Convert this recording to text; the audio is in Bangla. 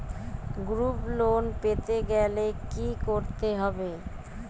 গ্রুপ লোন পেতে গেলে কি করতে হবে?